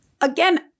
Again